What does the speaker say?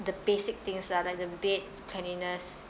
the basic things lah like the bed cleanliness